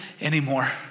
anymore